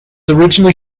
originally